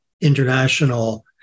international